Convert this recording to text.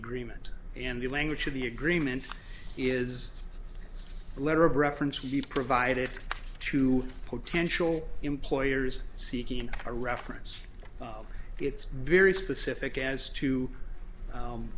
agreement and the language of the agreement is the letter of reference we've provided to potential employers seeking a reference it's very specific as to